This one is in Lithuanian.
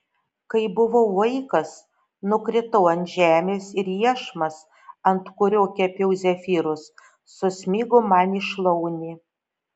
kai buvau vaikas nukritau ant žemės ir iešmas ant kurio kepiau zefyrus susmigo man į šlaunį